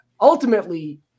ultimately